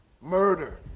murder